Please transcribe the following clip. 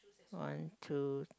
one two